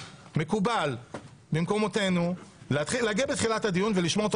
מקובל במקומותינו להגיע בתחילת הדיון ולשמוע אותו